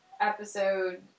episode